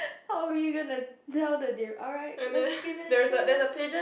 how are we gonna tell the they~ alright lets give it a try